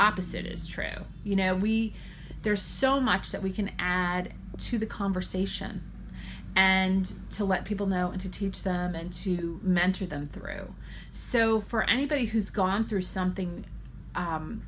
opposite is true you know we there's so much that we can add to the conversation and to let people know and to teach them and to mentor them through so for anybody who's gone through something